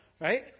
Right